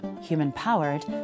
human-powered